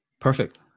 Perfect